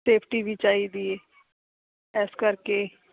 safety ਵੀ ਚਾਹੀਦੀ ਏ ਇਸ ਕਰਕੇ